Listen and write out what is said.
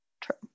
True